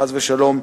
חס ושלום,